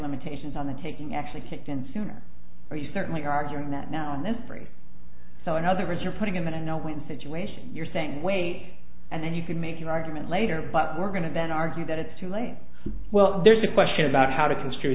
limitations on the taking actually kicked in sooner are you certainly arguing that now in this very so in other words you're putting in a no win situation you're saying wait and then you can make your argument later but we're going to then argue that it's too late well there's a question about how to construe